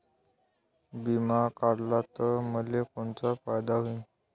बिमा काढला त मले कोनचा फायदा होईन?